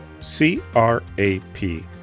C-R-A-P